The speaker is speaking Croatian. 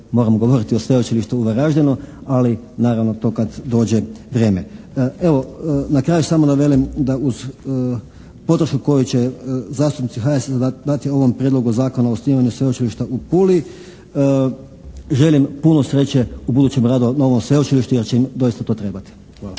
moramo govoriti o Sveučilištu u Varaždinu, ali naravno to kad dođe vrijeme. Evo na kraju samo da velim da uz podršku koju će zastupnici HSLS-a dati ovom Prijedlogu zakona o osnivanju Sveučilišta u Puli, želim puno sreće u budućem radu novom sveučilištu jer će im doista to trebati. Hvala.